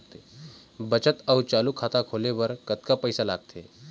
बचत अऊ चालू खाता खोले बर कतका पैसा लगथे?